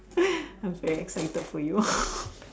I very excited for you